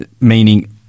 meaning